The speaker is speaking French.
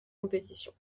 compétition